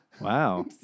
wow